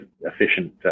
efficient